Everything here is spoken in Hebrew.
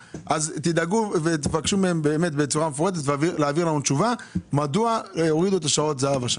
תבקשו מהם להעביר לנו תשובה מפורטת מדוע הורידו את שעות הזהב השנה.